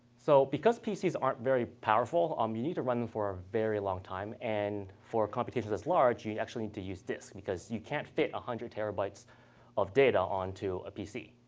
so because pcs aren't very powerful, um you need to run them for a very long time. and for computations this large, you you actually need to use disk because you can't fit one hundred terabytes of data onto a pc.